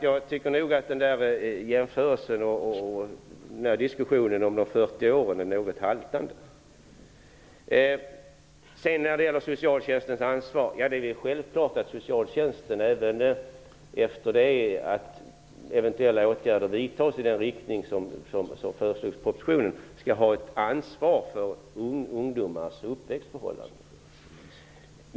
Jag tycker nog att jämförelsen och diskussionen om de 40 åren är något haltande. Det är självklart att socialtjänsten även efter det att eventuella åtgärder vidtas i den riktning som föreslås i propositionen skall ha ett ansvar för ungdomars uppväxtförhållanden.